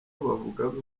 bavugaga